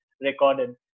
recorded